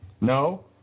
No